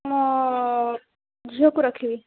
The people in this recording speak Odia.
ମୋ ଝିଅକୁ ରଖିବି